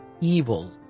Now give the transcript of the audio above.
evil